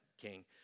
king